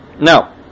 Now